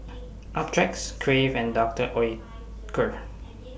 Optrex Crave and Doctor Oetker